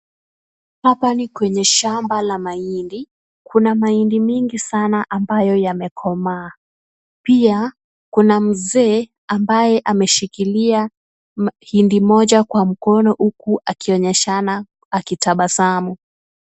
Hapa ni kwenye shamba la mahindi. Kuna mahindi mingi sana ambayo yamekomaa. Pia, kuna mzee ambaye ameshikilia ma, hindi moja kwa mkono, huku akionyeshana akitabasamu.